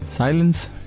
Silence